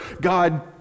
God